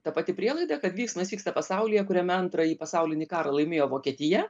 ta pati prielaida kad veiksmas vyksta pasaulyje kuriame antrąjį pasaulinį karą laimėjo vokietija